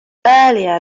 earlier